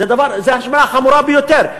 זו ההאשמה החמורה ביותר.